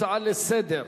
הצעה לסדר-היום.